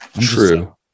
True